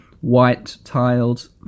white-tiled